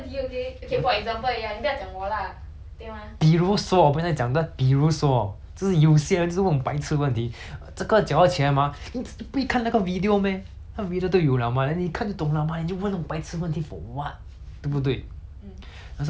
比如说我没有在讲但是比如说就是有些人就是问这种白痴这个脚要起来吗你自己不会看那个 video meh 那个 video 都有 liao mah then 你看就懂 liao then 你就问这种白痴的问题 for what 对不对可是我是觉得 like 唉原来有些人就是这样